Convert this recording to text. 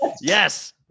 yes